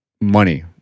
money